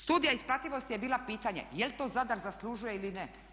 Studija isplativosti je bila pitanje, je li to Zadar zaslužuje ili ne.